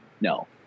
No